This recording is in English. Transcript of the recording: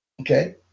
okay